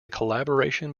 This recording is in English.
collaboration